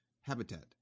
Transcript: Habitat